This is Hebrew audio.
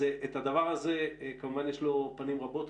הדבר הזה, כמובן יש לו פנים רבות.